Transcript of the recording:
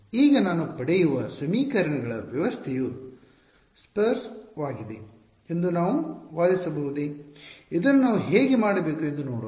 ಈಗ ನಾನು ಪಡೆಯುವ ಸಮೀಕರಣಗಳ ವ್ಯವಸ್ಥೆಯು ಸ್ಪರ್ಸ್ ವಾಗಿದೆ ಎಂದು ನಾವು ವಾದಿಸಬಹುದೇ ಇದನ್ನು ನಾವು ಹೇಗೆ ಮಾಡಬೇಕು ಎಂದು ನೋಡೋಣ